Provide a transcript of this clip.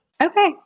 Okay